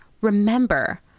Remember